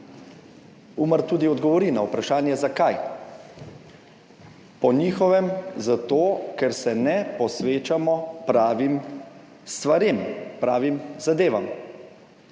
Umar tudi odgovori na vprašanje, zakaj. Po njihovem zato, ker se ne posvečamo pravim stvarem, pravim zadevam.